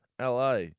LA